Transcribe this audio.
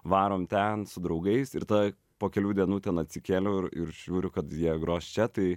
varom ten su draugais ir tada po kelių dienų ten atsikėliau ir ir žiūriu kad jie gros čia tai